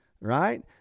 right